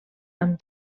amb